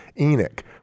Enoch